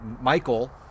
Michael